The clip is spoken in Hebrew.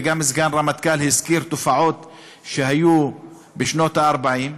וגם סגן הרמטכ"ל הזכיר תופעות שהיו בשנות ה-40.